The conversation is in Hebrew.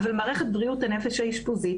אבל מערכת בריאות הנפש האשפוזית,